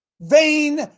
Vain